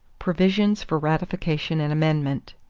provisions for ratification and amendment.